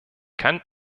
kann